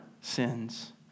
sins